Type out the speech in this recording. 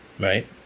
right